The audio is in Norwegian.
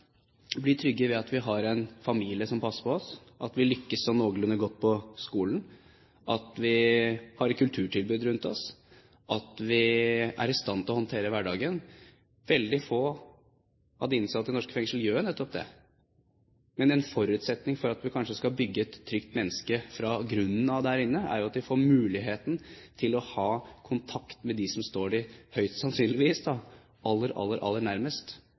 blir trygge ved at vi har en familie som passer på oss, at vi lykkes noenlunde godt på skolen, at vi har kulturtilbud rundt oss, og at vi er i stand til å håndtere hverdagen. Veldig få av de innsatte i norske fengsler gjør nettopp det. Men en forutsetning for at vi skal bygge et trygt menneske fra grunnen av der inne, er at de får muligheten til å ha kontakt med dem som står dem – høyst sannsynlig – aller, aller nærmest,